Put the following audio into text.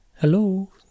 hello